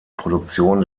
produktion